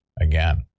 again